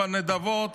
בנדבות,